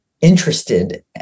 interested